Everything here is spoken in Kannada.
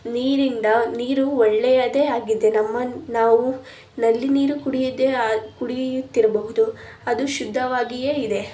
ನೀರಿಂದ ನೀರು ಒಳ್ಳೆಯದೇ ಆಗಿದೆ ನಮ್ಮ ನಾವು ನಲ್ಲಿ ನೀರು ಕುಡಿಯೋದೇ ಆ ಕುಡಿಯುತ್ತಿರಬಹುದು ಅದು ಶುದ್ಧವಾಗಿಯೇ ಇದೆ